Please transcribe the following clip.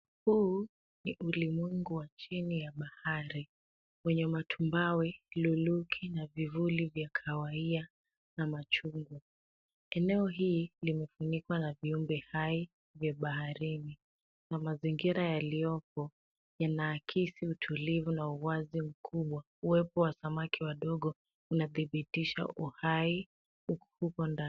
Huu ni ulimwengu wa chini ya bahari wenye matumbawe, luluki na vivuli vya kahawia na machungwa. Eneo hili limefunikwa na viumbe hai vya baharini na mazingira yaliyopo yanaakisi utulivu na uwazi mkubwa. Uwepo wa samaki wadogo unadhibitisha uhai huko ndani.